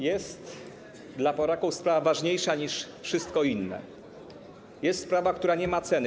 Jest dla Polaków sprawa ważniejsza niż wszystko inne, jest sprawa, która nie ma ceny.